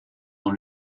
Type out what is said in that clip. dans